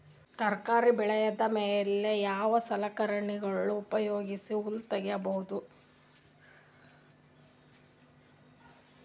ತರಕಾರಿ ಬೆಳದ ಮೇಲೆ ಯಾವ ಸಲಕರಣೆಗಳ ಉಪಯೋಗಿಸಿ ಹುಲ್ಲ ತಗಿಬಹುದು?